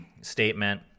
statement